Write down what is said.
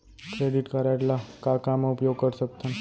Credit card ला का का मा उपयोग कर सकथन?